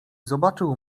zobaczył